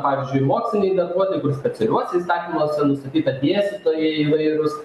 pavyzdžiui moksliniai darbuotojai kur specialiuose įstatymuose nustatyta dėstytojai įvairūs